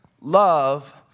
Love